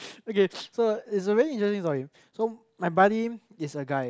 okay so it's a very interesting story so my buddy is a guy